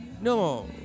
No